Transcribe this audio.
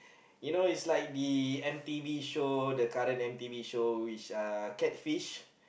you know it's like the N_T_V show the current N_T_V show which are catch fish